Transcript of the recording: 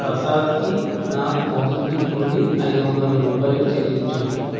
ప్రసాద్కి నా మోబిక్విక్ నుండి ఐదు వందల రూపాయలు చెల్లించు